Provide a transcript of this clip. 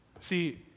See